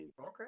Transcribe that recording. Okay